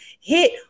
hit